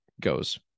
goes